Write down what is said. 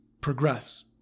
progress